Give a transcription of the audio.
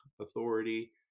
authority